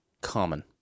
common